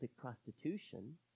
prostitution